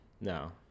No